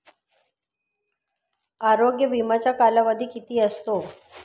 आरोग्य विम्याचा कालावधी किती असतो?